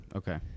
okay